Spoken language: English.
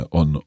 on